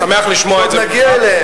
ועוד נגיע אליהם.